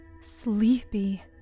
Sleepy